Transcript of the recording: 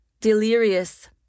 Delirious